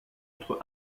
entre